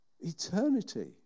Eternity